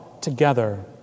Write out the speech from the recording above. together